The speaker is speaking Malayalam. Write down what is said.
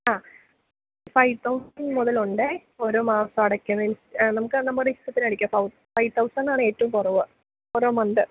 അഹ് ഫൈ തൗസണ്ട് മുതലുണ്ട് ഓരോ മാസം അടക്കുന്നതിൽ നമുക്ക് നമ്മുടെ ഇഷ്ടത്തിനടക്കാം തൗ ഫൈ തൗസൻഡാണ് ഏറ്റവും കുറവ് ഓരോ മന്ത്